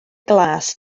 glas